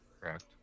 Correct